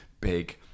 big